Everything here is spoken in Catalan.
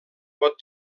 pot